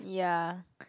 ya